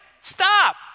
Stop